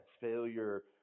Failure